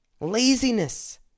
laziness